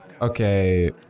Okay